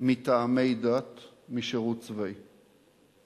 מטעמי דת משירות צבאי.